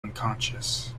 unconscious